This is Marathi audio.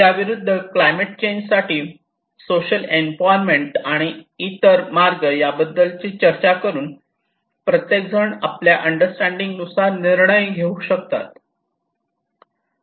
त्याविरुद्ध क्लायमेट चेंज साठी सोशल एम्पॉवरमेंट आणि इतर मार्ग याबद्दल चर्चा करून प्रत्येक जण आपल्या अंडरस्टँडिंग नुसार निर्णय घेऊ शकतात